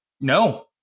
No